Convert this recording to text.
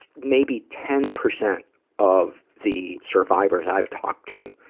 maybe ten percent of the survivors i've talked to